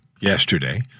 yesterday